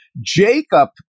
Jacob